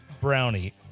brownie